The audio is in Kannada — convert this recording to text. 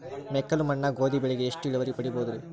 ಮೆಕ್ಕಲು ಮಣ್ಣಾಗ ಗೋಧಿ ಬೆಳಿಗೆ ಎಷ್ಟ ಇಳುವರಿ ಪಡಿಬಹುದ್ರಿ?